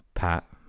Pat